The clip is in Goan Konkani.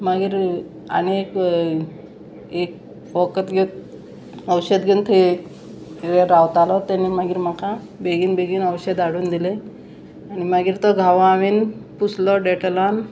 मागीर आनी एक एक वखद घेवन औशध घेवन थंय रावतालो तेणें मागीर म्हाका बेगीन बेगीन औशध हाडून दिलें आनी मागीर तो घावो हांवेन पुसलो डॅटोलान